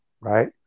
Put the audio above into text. Right